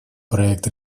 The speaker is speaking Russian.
проект